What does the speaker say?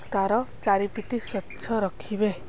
ତା'ର ଚାରିପଟ ସ୍ୱଚ୍ଛ ରଖିବେ